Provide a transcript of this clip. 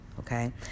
Okay